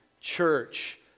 Church